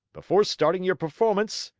before starting your performance,